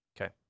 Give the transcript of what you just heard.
Okay